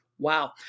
Wow